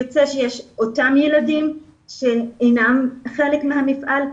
יוצא שיש אותם ילדים שאינם חלק מהמפעל,